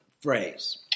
phrase